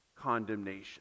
condemnation